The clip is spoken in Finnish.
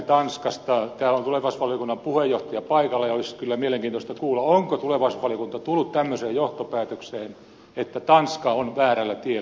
täällä on tulevaisuusvaliokunnan puheenjohtaja paikalla ja olisi kyllä mielenkiintoista kuulla onko tulevaisuusvaliokunta tullut tämmöiseen johtopäätökseen että tanska on väärällä tiellä